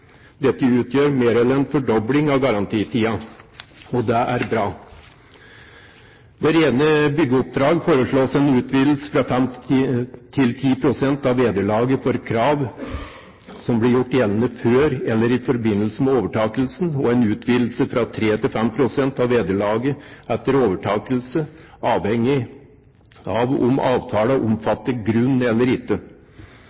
Dette utgjør mer enn en fordobling av garantitiden, og det er bra. Ved rene byggeoppdrag foreslås en utvidelse fra 5 til 10 pst. av vederlaget for krav som blir gjort gjeldende før eller i forbindelse med overtakelsen, og en utvidelse fra 3 til 5 pst. av vederlaget etter overtakelse avhengig av om avtalen